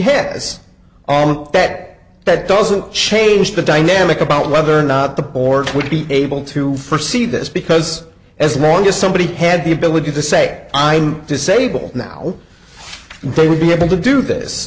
has that that doesn't change the dynamic about whether or not the board would be able to first see this because as long as somebody had the ability to say disable now they would be able to do this